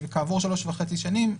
וכעבור שלוש וחצי שנים,